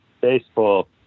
Baseball